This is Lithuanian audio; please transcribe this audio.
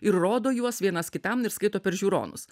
ir rodo juos vienas kitam ir skaito per žiūronus